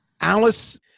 Alice